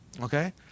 Okay